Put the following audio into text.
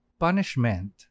punishment